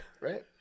right